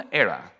era